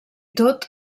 tot